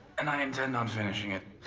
and i intend on finishing it.